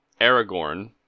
Aragorn